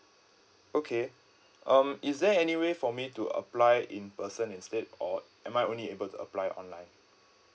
okay um is there any way for me to apply in person instead or am I only able to apply online